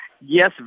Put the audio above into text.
yes